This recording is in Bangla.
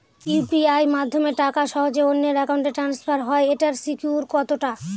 ইউ.পি.আই মাধ্যমে টাকা সহজেই অন্যের অ্যাকাউন্ট ই ট্রান্সফার হয় এইটার সিকিউর কত টা?